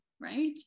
right